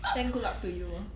then good luck to you orh